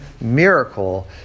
miracle